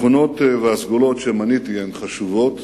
התכונות והסגולות שמניתי הן חשובות,